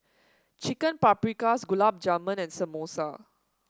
Chicken Paprikas Gulab Jamun and Samosa